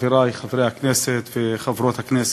חברי חברי הכנסת וחברות הכנסת,